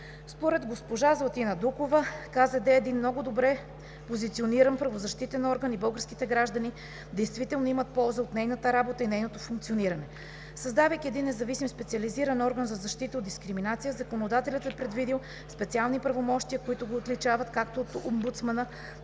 Според Златина Дукова КЗД е един много добре позициониран правозащитен орган и българските граждани действително имат полза от нейната работа и от нейното функциониране. Създавайки един независим специализиран орган за защита от дискриминация, законодателят е предвидил специални правомощия, които го отличават както от омбудсмана,